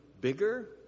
bigger